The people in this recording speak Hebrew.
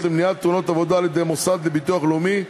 למניעת תאונות עבודה על-ידי המוסד לביטוח לאומי).